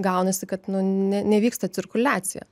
gaunasi kad nu ne nevyksta cirkuliacija